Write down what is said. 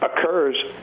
occurs